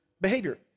behavior